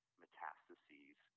metastases